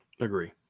Agree